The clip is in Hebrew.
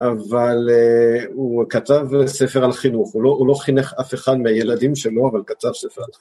אבל הוא כתב ספר על חינוך, הוא לא חינך אף אחד מהילדים שלו, אבל כתב ספר על חינוך.